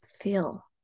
feel